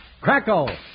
crackle